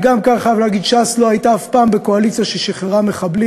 גם כאן אני חייב להגיד שש"ס לא הייתה אף פעם בקואליציה ששחררה מחבלים.